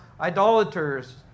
idolaters